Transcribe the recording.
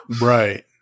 Right